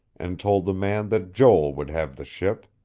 and told the man that joel would have the ship.